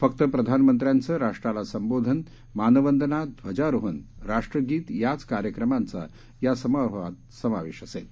फक्त प्रधानमंत्र्यांचं राष्ट्राला संबोधन मानवंदना ध्वजारोहण राष्ट्रगीत याच कार्यक्रमांचा या समारोहात समावेश असेल